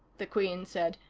the queen said.